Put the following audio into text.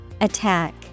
Attack